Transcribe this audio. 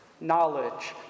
Knowledge